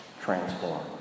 transformed